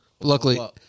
Luckily